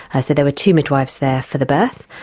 ah so there were two midwives there for the birth.